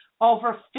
Over